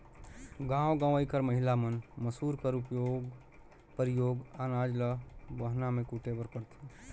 गाँव गंवई कर महिला मन मूसर कर परियोग अनाज ल बहना मे कूटे बर करथे